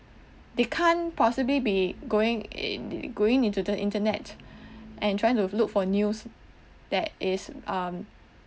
they can't possibly be going in going into the internet and trying to look for news that is um